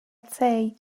tei